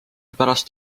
pärast